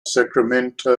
sacramento